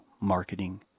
marketing